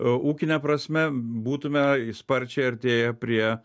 ūkine prasme būtume sparčiai artėja prie